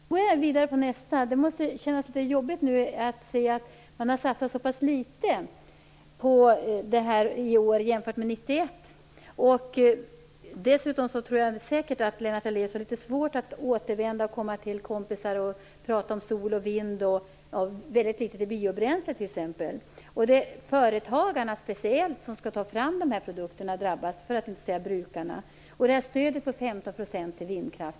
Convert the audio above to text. Fru talman! Då går jag vidare till nästa fråga. Det måste kännas litet jobbigt att se att man har satsat så pass litet i år jämfört med 1991. Jag tror säkert att Lennart Daléus har litet svårt att återvända till sina kompisar och prata om sol och vind när vi satsar så litet på biobränsle, t.ex. Företagarna, som skall ta fram dessa produkter, drabbas speciellt - för att inte tala om brukarna. Det gäller t.ex. stödet på 15 % till vindkraft.